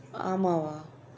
ஆமாம்:aamam ah